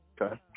okay